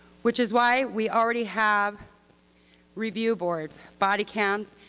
which is why we already have review boards, body cams,